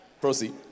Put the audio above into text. proceed